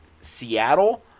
Seattle